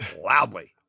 loudly